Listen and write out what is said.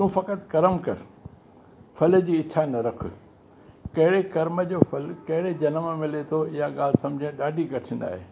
तूं फ़कति कर्म कर फल जी इच्छा न रख कहिड़े कर्म जो फल कहिड़े जनम मिले थो इहा ॻाल्हि सम्झणु ॾाढी कठिन आहे